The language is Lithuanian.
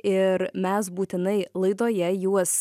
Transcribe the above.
ir mes būtinai laidoje juos